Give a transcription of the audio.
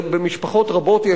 במשפחות רבות יש,